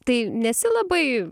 tai nesi labai